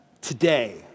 Today